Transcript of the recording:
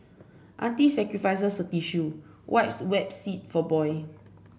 auntie sacrifices her tissue wipes wet seat for boy